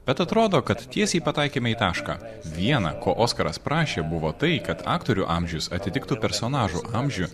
bet atrodo kad tiesiai pataikėme į tašką vieną ko oskaras prašė buvo tai kad aktorių amžius atitiktų personažų amžių